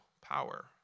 power